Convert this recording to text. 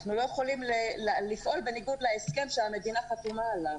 אנחנו לא יכולים לפעול בניגוד להסכם שהמדינה חתומה עליו.